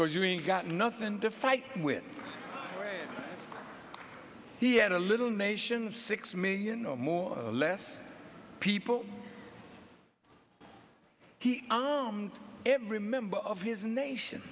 cause you ain't got nothing to fight with he had a little nation of six million or more less people he armed every member of his nation